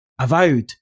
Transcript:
Avowed